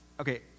okay